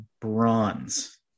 bronze